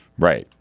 right.